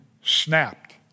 snapped